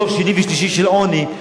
דור שני ושלישי של עוני,